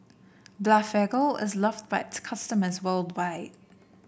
Blephagel is loved by its customers worldwide